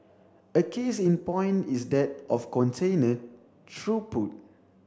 a case in point is that of container throughput